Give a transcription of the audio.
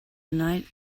night